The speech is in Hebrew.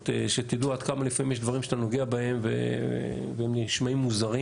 שתדעו עד כמה לפעמים יש דברים שאתה נוגע בהם והם נשמעים מוזרים